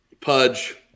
Pudge